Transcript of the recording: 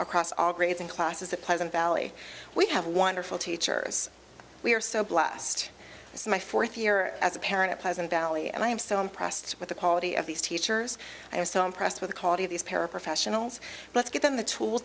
across all grades and classes at pleasant valley we have wonderful teachers we are so blessed this is my fourth year as a parent pleasant valley and i am so impressed with the quality of these teachers i was so impressed with the quality of these paraprofessionals let's give them the tool